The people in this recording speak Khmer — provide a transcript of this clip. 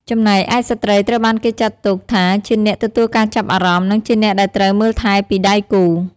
ចំណែកឯស្ត្រីត្រូវបានគេចាត់ទុកថាជាអ្នក ទទួលការចាប់អារម្មណ៍ និងជាអ្នកដែលត្រូវ មើលថែ ពីដៃគូ។